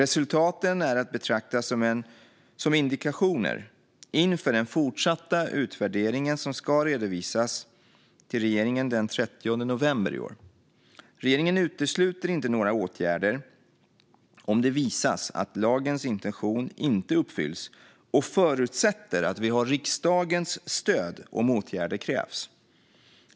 Resultaten är att betraktas som indikationer inför den fortsatta utvärderingen, som ska redovisas till regeringen den 30 november i år. Regeringen utesluter inte några åtgärder om det visar sig att lagens intention inte uppfylls och förutsätter att vi har riksdagens stöd om åtgärder krävs.